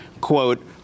quote